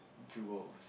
jewels